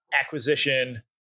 acquisition